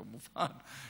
כמובן,